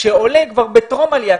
לעולה בטרום העלייה,